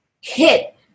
hit